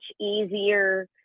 easier